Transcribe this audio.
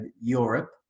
Europe